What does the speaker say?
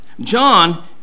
John